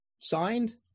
signed